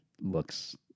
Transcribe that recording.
looks